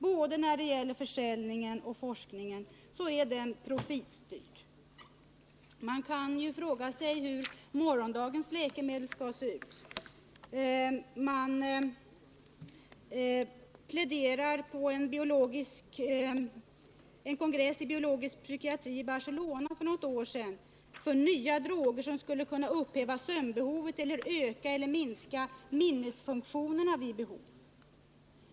Både försäljningen och forskningen är profitstyrda. Man kan ju fråga sig hur morgondagens läkemedel skall se ut. På en kongress i Barcelona som gällde biologisk psykiatri för något år sedan pläderades för nya droger som skulle kunna upphäva sömnbehovet eller öka resp. minska minnesfunktionerna vid behov.